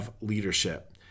leadership